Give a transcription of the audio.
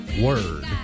word